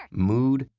mood,